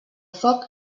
foc